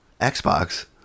Xbox